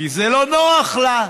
כי זה לא נוח לה.